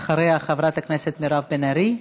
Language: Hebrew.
ואחריה, חברת הכנסת מירב בן ארי.